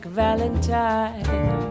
valentine